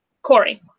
Corey